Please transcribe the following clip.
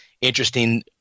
interesting